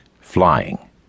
flying